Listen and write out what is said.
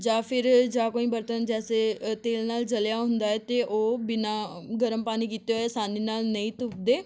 ਜਾਂ ਫਿਰ ਜਾਂ ਕੋਈ ਬਰਤਨ ਜੈਸੇ ਅ ਤੇਲ ਨਾਲ ਜਲਿਆ ਹੁੰਦਾ ਅਤੇ ਉਹ ਬਿਨਾਂ ਗਰਮ ਪਾਣੀ ਕੀਤੇ ਹੋਏ ਆਸਾਨੀ ਨਾਲ ਨਹੀਂ